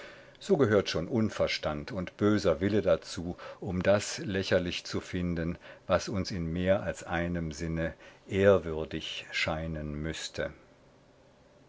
so gehört schon unverstand und böser wille dazu um das lächerlich zu finden was uns in mehr als einem sinne ehrwürdig scheinen müßte